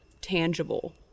tangible